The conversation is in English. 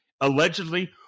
Allegedly